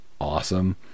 awesome